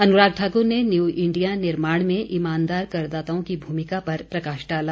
अनुराग ठाकुर ने new India निर्माण में ईमानदार करदाताओं की भूमिका पर प्रकाश डाला